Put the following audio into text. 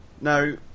Now